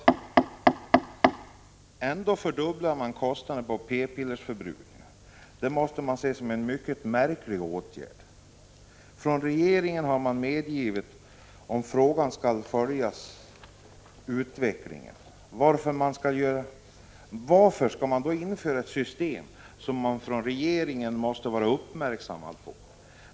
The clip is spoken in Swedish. Ändå fördubblar man kostnaderna för p-pillerförbrukningen. Det måste ses som en mycket märklig åtgärd. Regeringen har medgivit att man skall följa utvecklingen. Men varför skall man införa ett system som får de konsekvenser som regeringen måste vara medveten om?